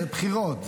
זה בחירות.